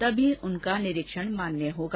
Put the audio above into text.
तभी उनका निरीक्षण मान्य होगा